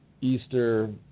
Easter